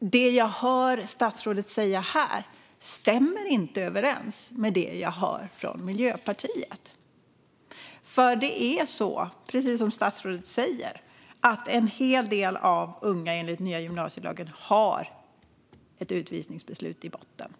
det jag hör statsrådet säga här stämmer inte överens med det jag hör från Miljöpartiet. Precis som statsrådet säger har en hel del av de unga som berörs av den nya gymnasielagen utvisningsbeslut i botten.